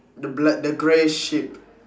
the black the grey sheep